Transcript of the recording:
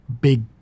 Big